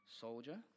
soldier